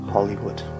Hollywood